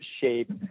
shape